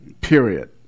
Period